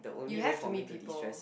you have to meet people